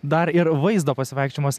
dar ir vaizdo pasivaikščiojimas